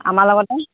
আমাৰ লগতে